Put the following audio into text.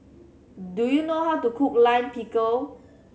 do you know how to cook Lime Pickle